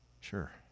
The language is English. sure